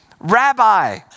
rabbi